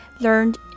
learned